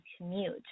commute